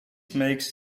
makes